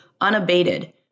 unabated